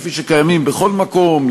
כפי שקיימים בכל מקום,